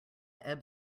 ebb